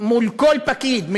מול כל פקיד,